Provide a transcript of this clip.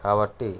కాబట్టి